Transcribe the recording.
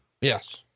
Yes